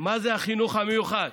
מה זה החינוך המיוחד.